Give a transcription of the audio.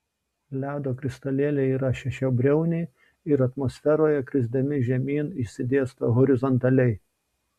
ledo kristalėliai yra šešiabriauniai ir atmosferoje krisdami žemyn išsidėsto horizontaliai